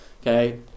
okay